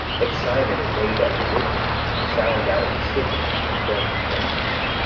but simon, and they that were with him, sallied out of the city, and burnt the engines,